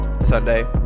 Sunday